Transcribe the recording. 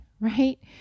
right